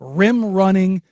rim-running